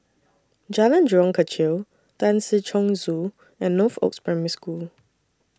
Jalan Jurong Kechil Tan Si Chong Su and Northoaks Primary School